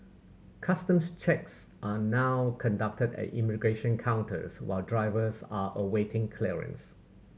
customs checks are now conducted at immigration counters while drivers are awaiting clearance